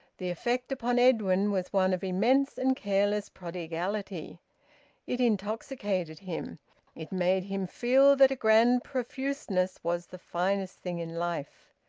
the effect upon edwin was one of immense and careless prodigality it intoxicated him it made him feel that a grand profuseness was the finest thing in life.